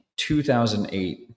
2008